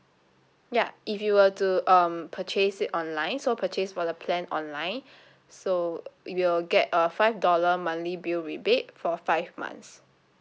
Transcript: ya if you were to um purchase it online so purchase for the plan online so you will get a five dollar monthly bill rebate for five months